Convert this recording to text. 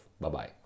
Bye-bye